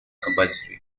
compulsory